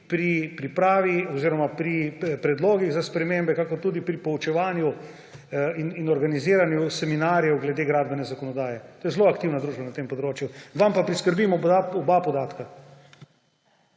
pri pripravi oziroma pri predlogih za spremembe ter tudi pri poučevanju in organiziranju seminarjev glede gradbene zakonodaje. To je zelo aktivna družba na tem področju. Vam pa priskrbimo oba podatka.